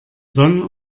sonn